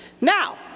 now